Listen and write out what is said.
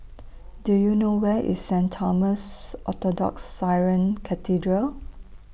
Do YOU know Where IS Saint Thomas Orthodox Syrian Cathedral